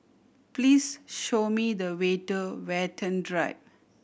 please show me the way to Watten Drive